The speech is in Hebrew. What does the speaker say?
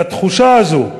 התחושה הזאת,